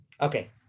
Okay